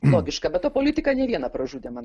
logiška bet ta politika ne vieną pražudė manu